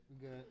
good